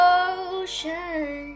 ocean